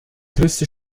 größte